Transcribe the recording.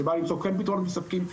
שבא למצוא כן פתרונות מספקים,